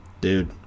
dude